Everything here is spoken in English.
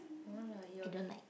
no lah he okay